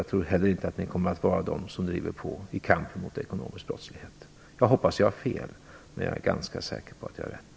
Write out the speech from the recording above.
Jag tror inte heller att ni kommer att vara pådrivande i kampen mot ekonomisk brottslighet. Jag hoppas att jag har fel, men jag är ganska säker på att jag har rätt.